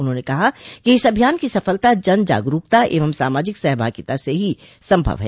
उन्होंने कहा कि इस अभियान की सफलता जन जागरूक एवं सामाजिक सहभागिता से ही संभव है